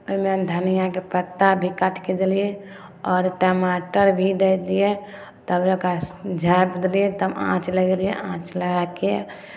ओहिमे धनियाके पत्ता भी काटि कऽ देलियै आओर टमाटर भी देलियै तब ओकरा झाँपि देलियै तब आँच लगेलियै आँच लगा कऽ